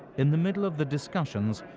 in the middle of the discussions,